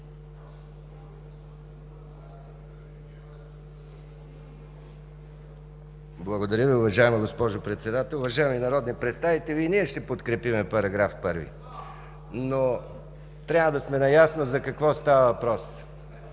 Благодаря Ви, уважаема госпожо Председател. Уважаеми народни представители, и ние ще подкрепим § 1, но трябва да сме наясно за какво става въпрос.